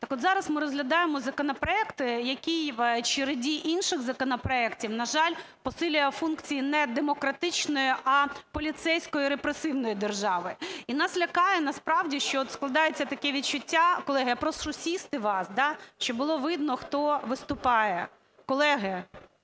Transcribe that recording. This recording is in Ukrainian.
Так от, зараз ми розглядаємо законопроект, який в череді інших законопроектів, на жаль, посилює функції не демократичної, а поліцейської і репресивної держави. І нас лякає насправді, що от складається таке відчуття... Колеги, я прошу сісти вас, щоб було видно, хто виступає. Колеги!